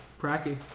Pracky